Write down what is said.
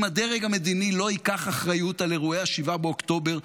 אם הדרג המדיני לא ייקח אחריות על אירועי 7 באוקטובר,